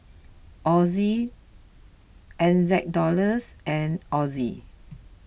Aud N Z dollars and Aud